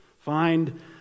Find